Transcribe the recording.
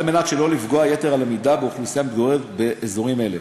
על מנת שלא לפגוע יתר על המידה באוכלוסייה המתגוררת באזורים אלה.